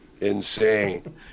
Insane